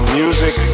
music